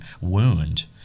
wound